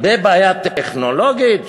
אז בעיה טכנולוגית,